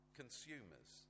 consumers